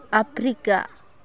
Africa